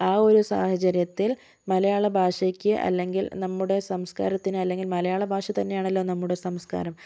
ആ ഒരു സാഹചര്യത്തില് മലയാളഭാഷയ്ക്ക് അല്ലെങ്കില് നമ്മുടെ സംസ്കാരത്തിനു അല്ലെങ്കില് മലയാളഭാഷ തന്നെയാണല്ലോ നമ്മുടെ സംസ്കാരം